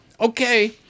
Okay